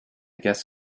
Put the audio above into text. guess